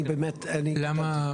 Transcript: למה?